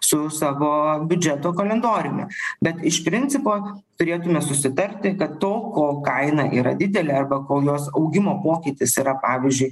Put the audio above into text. su savo biudžeto kalendoriumi bet iš principo turėtume susitarti kad to ko kaina yra didelė arba kol jos augimo pokytis yra pavyzdžiui